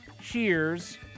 Cheers